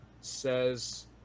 says